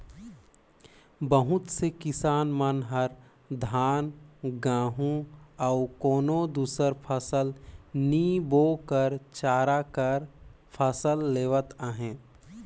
बहुत से किसान मन हर धान, गहूँ अउ कोनो दुसर फसल नी बो कर चारा कर फसल लेवत अहे